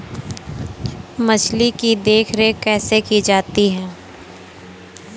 मछली की देखरेख कैसे की जाती है?